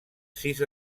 sis